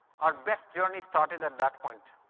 our best journey started at that point.